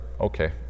okay